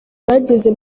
bageze